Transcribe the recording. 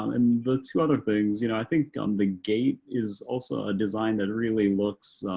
um and the two other things, you know, i think um the gate is also a design that really looks,